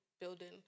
building